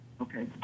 Okay